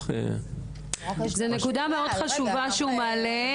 זו נקודה מאוד חשובה שהוא מעלה.